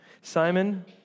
Simon